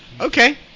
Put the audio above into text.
Okay